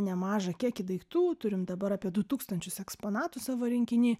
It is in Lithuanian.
nemažą kiekį daiktų turim dabar apie du tūkstančius eksponatų savo rinkiny